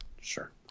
Sure